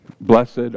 Blessed